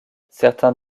certains